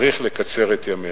צריך לקצר את ימיה.